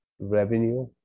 revenue